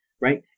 right